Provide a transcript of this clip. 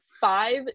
five